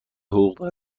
حقوق